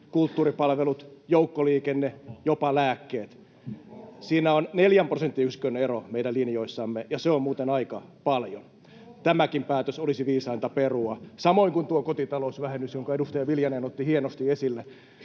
kulttuuripalvelut, joukkoliikenne, jopa lääkkeet. Meidän linjoissamme on neljän prosenttiyksikön ero, ja se on muuten aika paljon. Tämäkin päätös olisi viisainta perua, samoin kuin tuo kotitalousvähennys, jonka edustaja Viljanen otti hienosti esille.